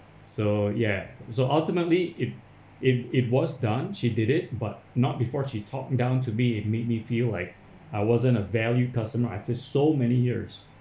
so ya so ultimately it it it was done she did it but not before she talked down to me it made me feel like I wasn't a value customer after so many years